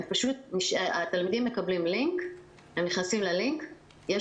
התלמידים נכנסים ללינק שהם מקבלים,